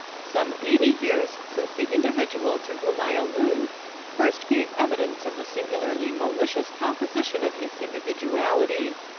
some eighty years since the individual to whom i allude first gave evidence of the singularly ma licious composition of his individuality.